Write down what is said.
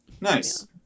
Nice